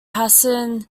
hasan